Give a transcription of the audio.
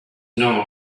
know